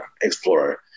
explorer